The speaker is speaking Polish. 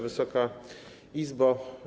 Wysoka Izbo!